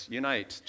unite